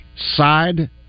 side